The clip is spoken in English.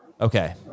Okay